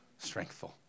Strengthful